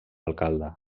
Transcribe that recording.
alcalde